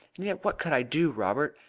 and yet what could i do, robert?